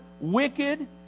wicked